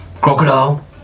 crocodile